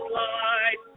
light